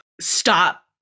stop